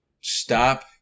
stop